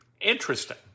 Interesting